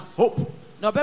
hope